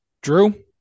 Drew